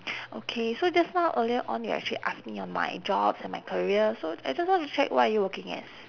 okay so just now earlier on you actually ask me on my jobs and my careers so I just want to check what are you working as